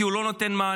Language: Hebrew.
כי הוא לא נותן מענה,